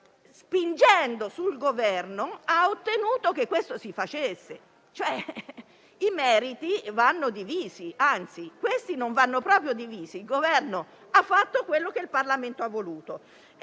spingendo sul Governo, ha ottenuto che questo si facesse. I meriti vanno divisi: anzi, in questo caso non vanno divisi affatto, perché il Governo ha fatto quello che il Parlamento ha voluto.